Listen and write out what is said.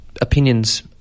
opinions